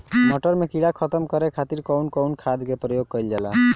मटर में कीड़ा खत्म करे खातीर कउन कउन खाद के प्रयोग कईल जाला?